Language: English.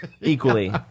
Equally